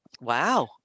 Wow